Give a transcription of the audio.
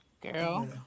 girl